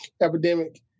epidemic